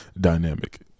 dynamic